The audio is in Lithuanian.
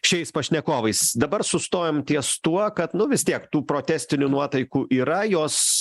šiais pašnekovais dabar sustojom ties tuo kad nu vis tiek tų protestinių nuotaikų yra jos